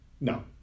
No